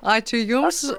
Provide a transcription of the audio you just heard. ačiū jums